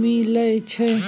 मिलइ छै